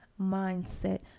mindset